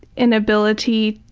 inability.